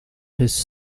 his